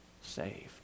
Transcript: saved